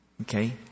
Okay